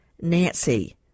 nancy